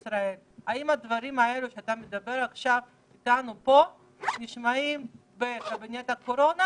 האם הדברים האלה שאתה אומר לנו כאן עכשיו נשמעים בקבינט הקורונה